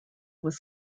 was